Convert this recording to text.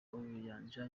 ubuyanja